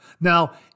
Now